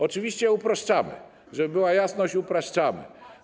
Oczywiście upraszczamy - żeby była jasność, upraszczamy.